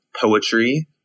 poetry